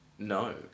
No